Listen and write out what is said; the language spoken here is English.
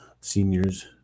seniors